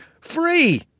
free